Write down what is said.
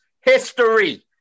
history